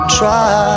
try